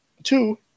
Two